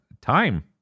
time